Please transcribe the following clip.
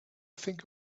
think